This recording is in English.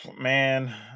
Man